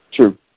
True